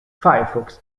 firefox